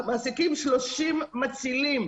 אנחנו מעסיקים 30 מצילים.